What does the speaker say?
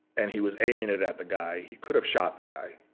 and he was aiming it at the guy. he could have shot the guy,